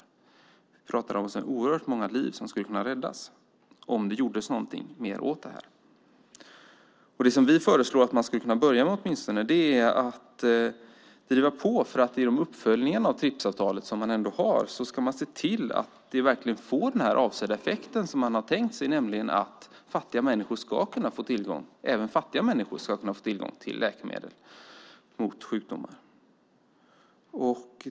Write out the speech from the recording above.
Oerhört många liv skulle kunna räddas om det gjordes någonting mer åt detta. Det som vi föreslår att man skulle kunna börja med är att driva på för att genom uppföljningen av TRIPS-avtalet, som man ändå har, se till att det verkligen får den effekt som man har tänkt sig, nämligen att även fattiga människor ska få tillgång till läkemedel mot sjukdomar.